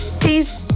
peace